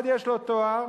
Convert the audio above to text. אחד יש לו תואר